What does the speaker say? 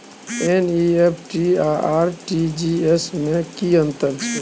NEFT आ RTGS में की अन्तर छै?